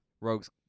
Rogue's